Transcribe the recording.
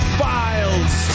files